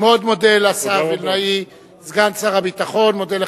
אני מאוד מודה לסגן שר הביטחון מתן וילנאי.